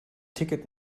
ticket